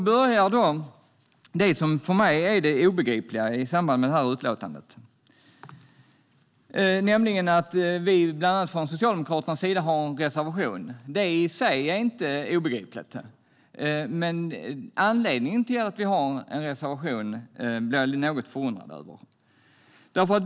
Men sedan börjar det obegripliga i detta utlåtande. Att vi socialdemokrater har en reservation är i sig inte obegripligt. Det är anledningen till denna reservation som jag är något förundrad över.